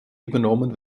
übernommen